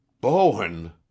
Bowen